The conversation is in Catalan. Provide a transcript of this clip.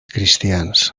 cristians